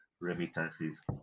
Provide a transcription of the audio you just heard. remittances